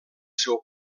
seu